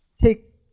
take